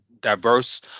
diverse